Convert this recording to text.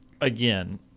again